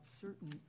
certain